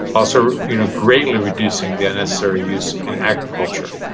also you know greatly reducing the unnecessary use in agriculture.